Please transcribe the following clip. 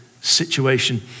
situation